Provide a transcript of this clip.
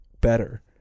better